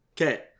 Okay